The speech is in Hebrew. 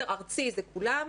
ארצי זה כולם,